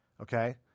Okay